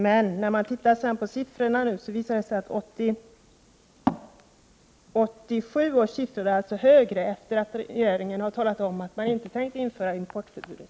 Men när man nu ser på siffrorna, visar det sig att 1987 års siffror var högre — efter det att regeringen talat om att man inte tänkt införa importförbud.